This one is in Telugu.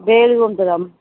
బేలుగా ఉంటుంది అమ్మ